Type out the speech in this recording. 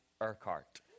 Urquhart